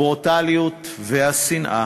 הברוטליות והשנאה